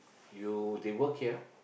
you they work here